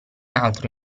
altro